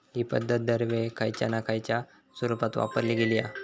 हि पध्दत दरवेळेक खयच्या ना खयच्या स्वरुपात वापरली गेली हा